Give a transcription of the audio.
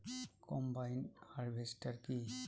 Combine harvester কি?